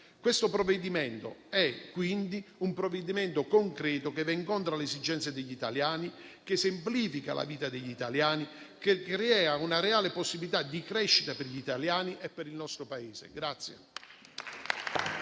Questo è, quindi, un provvedimento concreto che va incontro alle esigenze degli italiani, che semplifica la vita degli italiani, che crea una reale possibilità di crescita per gli italiani e per il nostro Paese.